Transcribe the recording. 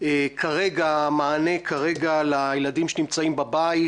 כרגע מענה לילדים שנמצאים בבית,